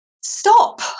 Stop